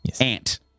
Ant